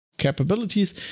capabilities